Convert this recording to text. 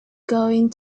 going